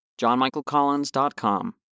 johnmichaelcollins.com